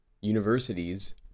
universities